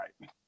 right